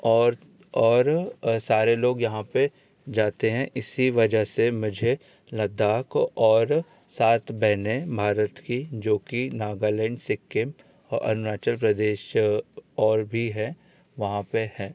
और और सारे लोग यहाँ पर जाते हैं इसी वजह से मुझे लद्दाख और सात बहने भारत की जो कि नागालैंड सिक्किम और अरुणाचल प्रदेश और भी है वहाँ पर हैं